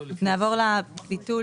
נעבור לביטול